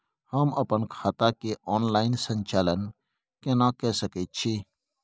हम अपन खाता के ऑनलाइन संचालन केना के सकै छी?